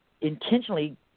intentionally –